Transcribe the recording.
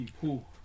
pool